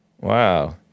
Wow